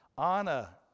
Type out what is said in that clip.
Anna